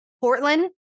Portland